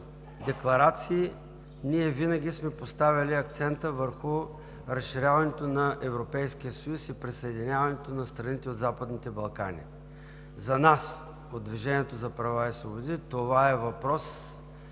декларации, ние винаги сме поставяли акцента върху разширяването на Европейския съюз и присъединяването на страните от Западните Балкани. За нас, от „Движението за права и свободи“, това е въпрос